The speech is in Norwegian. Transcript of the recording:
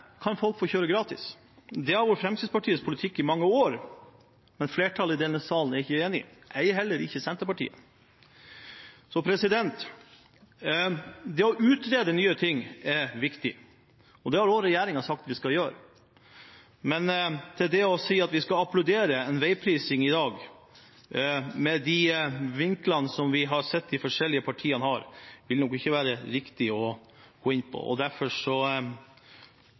kan folk få kjøre gratis. Det har vært Fremskrittspartiets politikk i mange år, men flertallet i denne sal er ikke enig – ei heller Senterpartiet. Det å utrede nye ting er viktig, og det har også regjeringen sagt at den vil gjøre. Men å si at vi skal applaudere veiprising i dag med de vinklingene vi har sett de forskjellige partiene har, vil nok ikke være riktig. Derfor vil det nok bli en bred debatt framover også, og